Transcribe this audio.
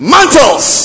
Mantles